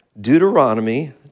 Deuteronomy